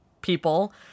people